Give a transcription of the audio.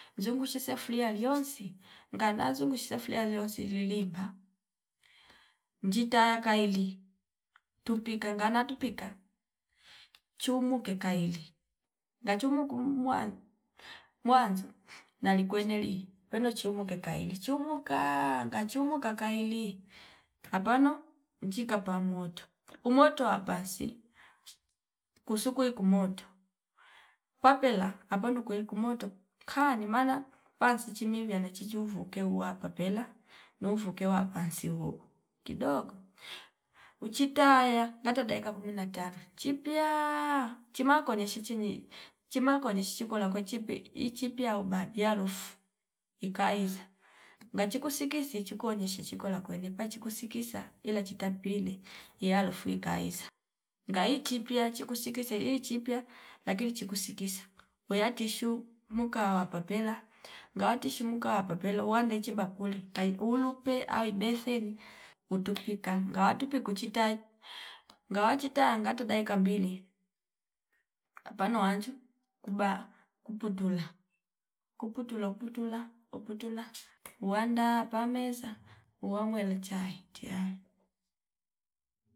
Zungusha sefulia iyonsi ngana zungusha sufulia lionsi lilimba njitaya kaili tupika ngana tupika chumu ke kaili nga chumu kuumwana mwanzo nali kweneli kwene cheumo kekaili chumukaa ngachumu kakaili akawano inchi kapa moto umoto wa pasi kusu kweiku moto papela apanu kweiku moto kane maana pansi chichi miula nene chichiuvyo keuwa papela neuvo kewa pansi vwo kidogo uchi taya ngata dakaa kumi na tano chipya chimakone sichine chimakone shishi kola kwa chipie ichipya au badi yalufu ikaiza ngachiku siki iichikone sishi kola kwene ngachu kusikisa ila chita tweili iyalufu ikaiza ngai kipya chiku sikesie ichipya lakini chiku sikisa woya tishu muka wa papela ngaa tishu muka wapapela wandiche bakuli ai unupe ai betheli mutu pika nga tupiku kuchi tae ngawa chita ngatu daika mbili apano wanju kuba kuputula, kuputula uputula uputula uwanda pameza uwongo welechai tiya